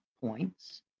points